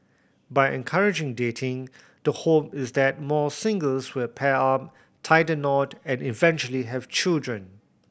by encouraging dating the hope is that more singles will pair up tie the knot and eventually have children